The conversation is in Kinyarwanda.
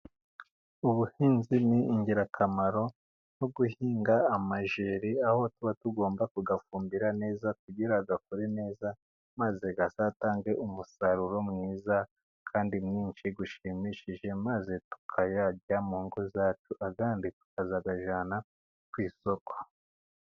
Ubuhinzi ni ingirakamaro, nko guhinga amajeri, aho tuba tugomba kuyafumbira neza, kugira ngo akure neza, maze azatange umusaruro mwiza kandi mwinshi ushimishije, maze tukayarya mu ngo zacu, ayandi tukayajyana ku isoko.